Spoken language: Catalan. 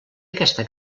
aquesta